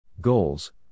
Goals